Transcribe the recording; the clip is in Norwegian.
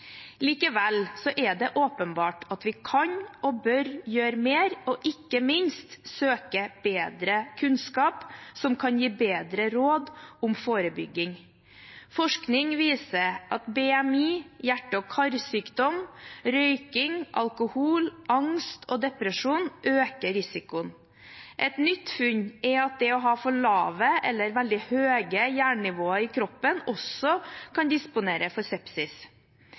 er det åpenbart at vi kan og bør gjøre mer og ikke minst søke bedre kunnskap som kan gi bedre råd om forebygging. Forskning viser at BMI, hjerte- og karsykdom, røyking, alkohol, angst og depresjon øker risikoen. Et nytt funn er at det å ha for lave eller veldig høye jernnivåer i kroppen også kan disponere for sepsis.